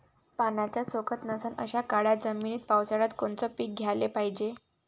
पाण्याचा सोकत नसन अशा काळ्या जमिनीत पावसाळ्यात कोनचं पीक घ्याले पायजे?